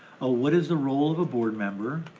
ah what is the role of a board member?